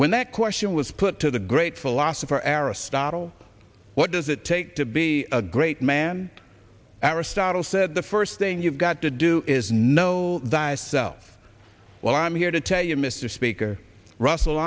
when that question was put to the great philosopher aristotle what does it take to be a great man aristotle said the first thing you've got to do is know die self well i'm here to tell you mr speaker russell